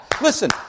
Listen